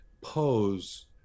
pose